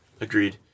Agreed